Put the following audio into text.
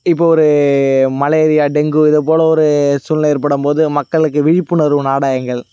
இப்போது ஒரு malaria dengue இதை போல ஒரு சூழ்நிலை ஏற்படும்போது மக்களுக்கு விழிப்புணர்வு நாடகங்கள்